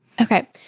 Okay